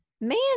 Man